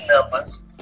numbers